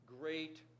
great